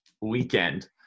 weekend